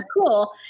cool